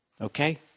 Okay